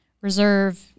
Reserve